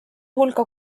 hulka